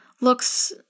looks